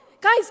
Guys